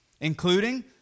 including